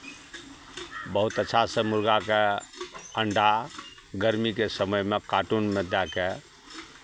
बहुत अच्छासँ मुर्गाके अण्डा गर्मीके समयमे कार्टुनमे दए कऽ